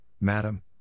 madam